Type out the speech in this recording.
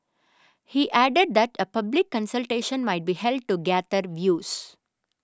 he added that a public consultation might be held to gather views